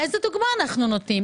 איזו דוגמה אנחנו נותנים?